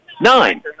Nine